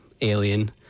alien